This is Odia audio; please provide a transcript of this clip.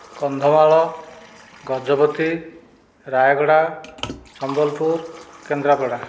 କନ୍ଧମାଳ ଗଜପତି ରାୟଗଡ଼ା ସମ୍ବଲପୁର କେନ୍ଦ୍ରାପଡ଼ା